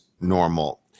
normal